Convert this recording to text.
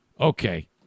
Okay